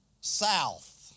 south